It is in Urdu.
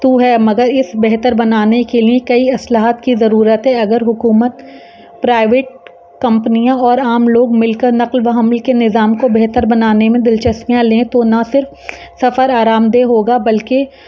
تو ہے مگر اس بہتر بنانے کے لیے کئی اصلاحات کی ضرورت ہے اگر حکومت پرائیویٹ کمپنیاں اور عام لوگ مل کر نقل و حمل کے نظام کو بہتر بنانے میں دلچسپیاں لیں تو نہ صرف سفر آرام دہ ہوگا بلکہ